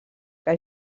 que